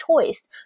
choice